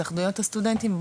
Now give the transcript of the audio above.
התאחדויות הסטודנטים.